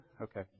Okay